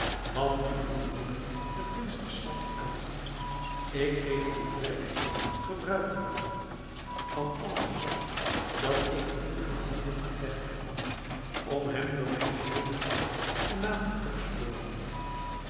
wat nu uw broeder den prins assad aangaat ik geef u vrijheid gebruik te maken van al het gezag dat ik in uwe handen gelegd heb om hem door mijn geheele rijk te laten opsporen